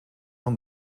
van